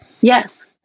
Yes